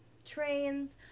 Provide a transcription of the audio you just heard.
trains